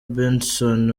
benson